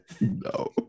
no